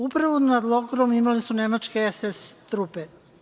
Upravu nad logorom imali su nemačke SSSR trupe.